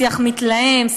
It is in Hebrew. שיח מתלהם,